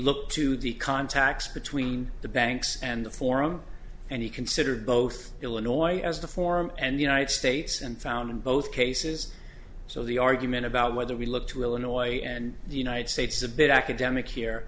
looked to the contacts between the banks and the forum and he considered both illinois as the form and united states and found in both cases so the argument about whether we look to illinois and the united states is a bit academic here